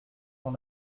dans